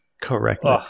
Correctly